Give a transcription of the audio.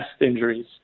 injuries